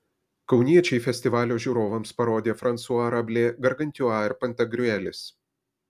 kauniečiai festivalio žiūrovams parodė fransua rablė gargantiua ir pantagriuelis